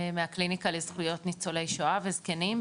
מהקליניקה לזכויות ניצולי שואה וזקנים,